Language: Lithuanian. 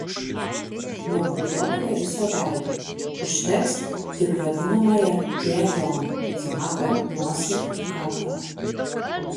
nepudruokite viso veido užteks tik vadinamąją t zoną smakrą nosį ir kaktą